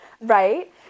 right